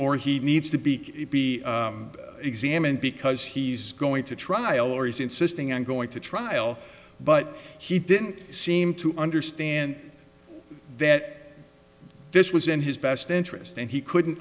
or he needs to be examined because he's going to trial or he's insisting on going to trial but he didn't seem to understand that this was in his best interest and he couldn't